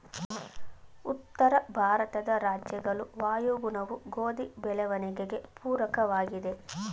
ಉತ್ತರ ಭಾರತದ ರಾಜ್ಯಗಳ ವಾಯುಗುಣವು ಗೋಧಿ ಬೆಳವಣಿಗೆಗೆ ಪೂರಕವಾಗಿದೆ,